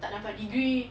dapat degree